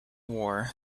war